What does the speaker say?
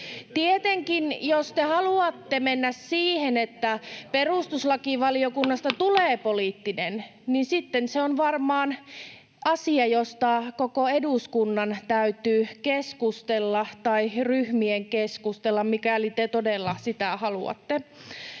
Tietenkin jos te haluatte mennä siihen, että perustuslakivaliokunnasta tulee poliittinen, niin sitten se on varmaan asia, josta koko eduskunnan ja ryhmien täytyy keskustella, mikäli te todella sitä haluatte.